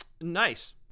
Nice